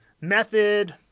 method